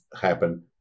happen